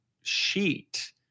sheet